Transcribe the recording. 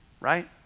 Right